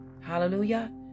Hallelujah